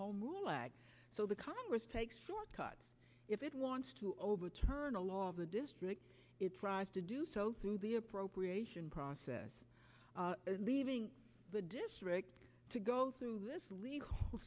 move lag so the congress take shortcuts if it wants to overturn a law of the district it tries to do so through the appropriation process leaving the districts to go through this le